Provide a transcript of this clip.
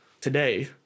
today